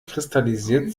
kristallisiert